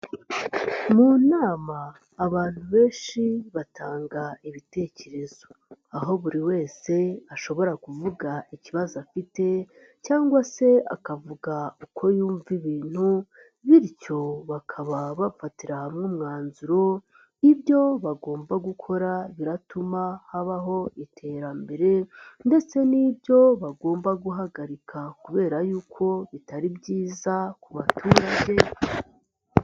Mu nama abantu benshi batanga ibitekerezo, aho buri wese ashobora kuvuga ikibazo afite cyangwa se akavuga uko yumva ibintu bityo bakaba bafatira hamwe umwanzuro ibyo bagomba gukora biratuma habaho iterambere ndetse n'ibyo bagomba guhagarika kubera yuko bitari byiza ku baturage.